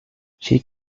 she